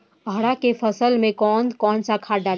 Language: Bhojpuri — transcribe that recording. अरहा के फसल में कौन कौनसा खाद डाली?